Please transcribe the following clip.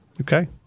Okay